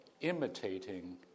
imitating